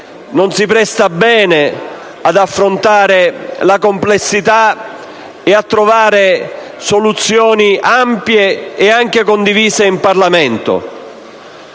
non si presta bene ad affrontarne la complessità e a trovare soluzioni ampie nonché condivise in Parlamento.